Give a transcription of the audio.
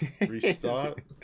restart